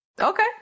okay